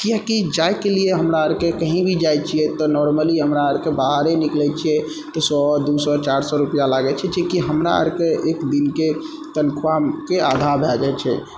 किआकि जाइके लियऽ हमरा आरके कही भी जाइ छियै तऽ नोर्मली हमरा आरके बाहरे निकलै छियै तऽ सए दू सए चारि सए रुपआ लागै छै जेकि हमरा आरके एक दिनके तनख्वाह के आधा भए जाइ छै